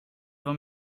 var